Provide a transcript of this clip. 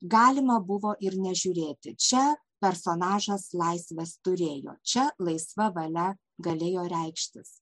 galima buvo ir nežiūrėti čia personažas laisvės turėjo čia laisva valia galėjo reikštis